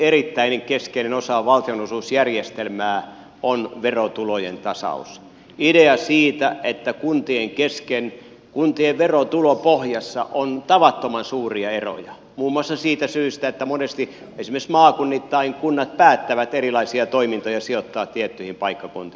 erittäin keskeinen osa valtionosuusjärjestelmää on verotulojen ta saus idea siitä että kuntien kesken kuntien verotulopohjassa on tavattoman suuria eroja muun muassa siitä syystä että monesti esimerkiksi maakunnittain kunnat päättävät erilaisia toimintoja sijoittaa tiettyihin paikkakuntiin